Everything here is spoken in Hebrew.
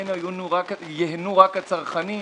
ממנו ייהנו רק הצרכנים,